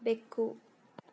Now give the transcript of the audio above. ಬೆಕ್ಕು